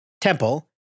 Temple